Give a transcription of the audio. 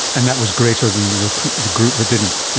and that was greater than the the group that didn't,